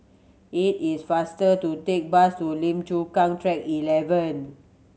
it is faster to take bus to Lim Chu Kang Track Eleven